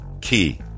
key